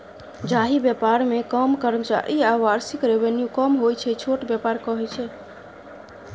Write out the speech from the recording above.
जाहि बेपार मे कम कर्मचारी आ बार्षिक रेवेन्यू कम होइ छै छोट बेपार कहय छै